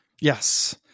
Yes